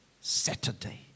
Saturday